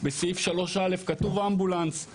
בסעיף (3)(א) כתוב אמבולנס;